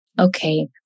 okay